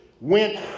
went